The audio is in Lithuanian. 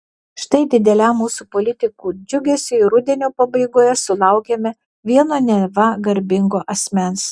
štai dideliam mūsų politikų džiugesiui rudenio pabaigoje sulaukėme vieno neva garbingo asmens